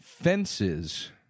Fences